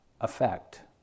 effect